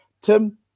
Tim